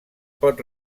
pot